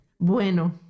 Bueno